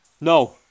No